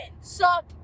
Suck